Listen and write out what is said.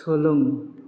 सोलों